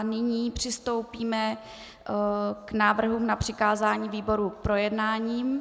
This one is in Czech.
Nyní přistoupíme k návrhům na přikázání výborům k projednání.